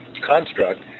construct